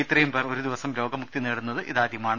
ഇത്രയും പേർ ഒരു ദിവസം രോഗ മുക്തി നേടുന്നത് ഇതാദ്യമാണ്